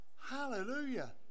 Hallelujah